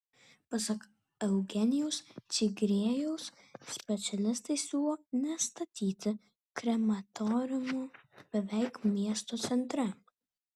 pasak eugenijaus čigriejaus specialistai siūlo nestatyti krematoriumo beveik miesto centre